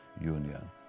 union